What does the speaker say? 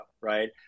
right